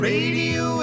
Radio